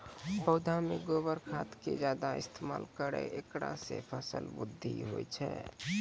पौधा मे गोबर खाद के ज्यादा इस्तेमाल करौ ऐकरा से फसल बृद्धि होय छै?